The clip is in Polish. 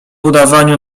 udawaniu